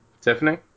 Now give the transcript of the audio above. Tiffany